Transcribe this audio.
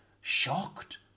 shocked